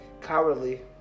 cowardly